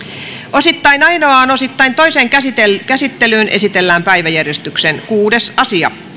osittain ainoaan osittain toiseen käsittelyyn esitellään päiväjärjestyksen kuudes asia